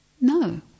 No